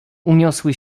podniosły